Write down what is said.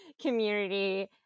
community